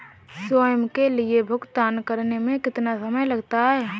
स्वयं के लिए भुगतान करने में कितना समय लगता है?